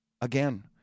Again